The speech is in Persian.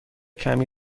کمی